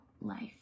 life